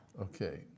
Okay